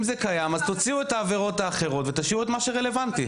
תוציאו את העבירות האחרות ותשאירו את מה שרלוונטי.